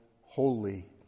holy